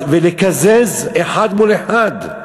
ולקזז אחד מול אחד,